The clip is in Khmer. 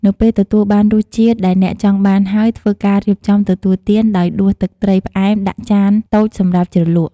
នៅពេលទទួលបានរសជាតិដែលអ្នកចង់បានហើយ ធ្វើការរៀបចំទទួលទានដោយដួសទឹកត្រីផ្អែមដាក់ចានតូចសម្រាប់ជ្រលក់។